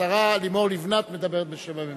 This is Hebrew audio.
השרה לימור לבנת מדברת בשם הממשלה.